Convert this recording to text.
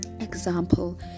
example